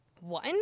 one